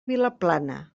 vilaplana